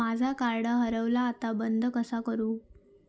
माझा कार्ड हरवला आता बंद कसा करू?